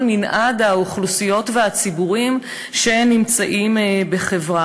מנעד האוכלוסיות והציבורים שנמצאים בה.